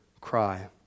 cry